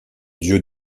dieu